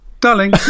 Darling